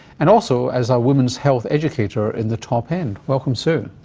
and also as a women's health educator in the top end. welcome, sue.